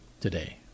today